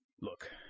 Look